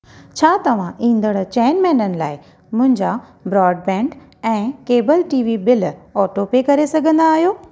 छा तव्हां ईंदड़ चइनि महिननि लाइ मुंहिंजा ब्रॉडबैंड ऐं केबल टीवी बिल ऑटोपे करे सघंदा आहियो